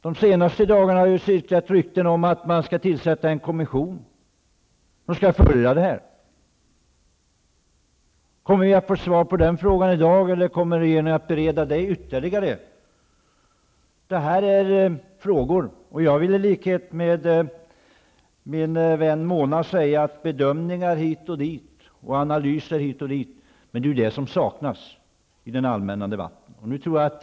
De senaste dagarna har det cirkulerat rykten om att regeringen skall tillsätta en kommission som skall följa utvecklingen. Kommer vi få svar på den frågan i dag, eller kommer regeringen att bereda den ytterligare? Jag vill i likhet med min vän Mona Sahlin säga att det som saknas i den allmänna debatten är bedömningar och analyser.